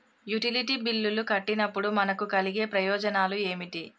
Utility బిల్లులు కట్టినప్పుడు మనకు కలిగే ప్రయోజనాలు ఏమిటి?